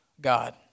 god